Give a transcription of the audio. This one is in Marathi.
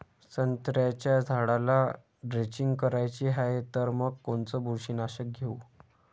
संत्र्याच्या झाडाला द्रेंचींग करायची हाये तर मग कोनच बुरशीनाशक घेऊ?